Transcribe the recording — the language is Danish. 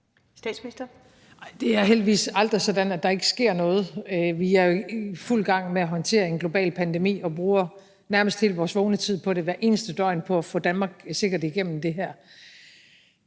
Frederiksen): Det er heldigvis aldrig sådan, at der ikke sker noget. Vi er i fuld gang med at håndtere en global pandemi og bruger nærmest al vores vågne tid hvert eneste døgn på at få Danmark sikkert igennem det her.